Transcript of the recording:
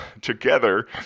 together